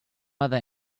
mother